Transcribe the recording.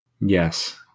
Yes